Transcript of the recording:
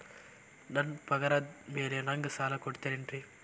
ನನ್ನ ಪಗಾರದ್ ಮೇಲೆ ನಂಗ ಸಾಲ ಕೊಡ್ತೇರಿ?